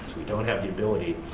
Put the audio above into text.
we don't have the ability.